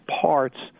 parts